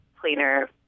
cleaner